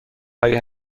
هایی